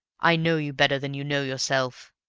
i know you better than you know yourself.